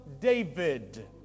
David